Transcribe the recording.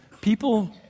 people